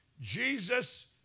Jesus